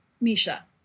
Misha